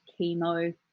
chemo